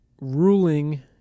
ruling